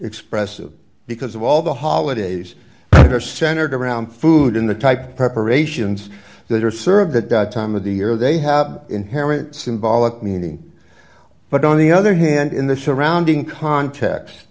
expressive because of all the holidays are centered around food in the type preparations that are served at that time of the year they have inherent symbolic meaning but on the other hand in the surrounding context